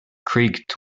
creaked